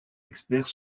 experts